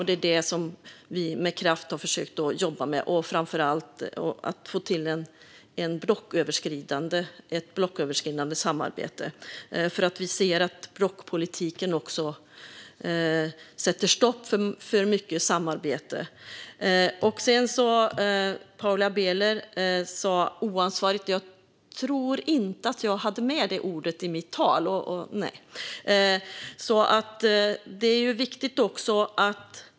Det är detta som vi med kraft har försökt jobba för, framför allt att få till ett blocköverskridande samarbete, för vi ser att blockpolitiken sätter stopp för mycket samarbete. Paula Bieler sa "oansvariga", men jag tror inte att jag hade med det ordet i mitt tal.